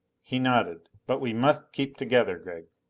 he nodded. but we must keep together, gregg.